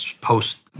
post